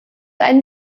einen